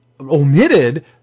omitted